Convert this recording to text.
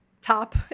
top